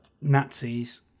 nazis